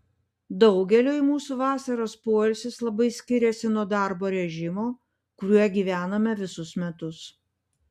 daugeliui mūsų vasaros poilsis labai skiriasi nuo darbo režimo kuriuo gyvename visus metus